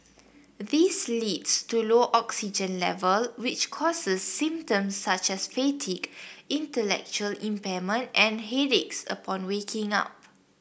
this leads to low oxygen level which causes symptoms such as fatigue intellectual impairment and headaches upon waking up